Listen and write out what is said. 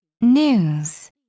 News